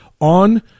on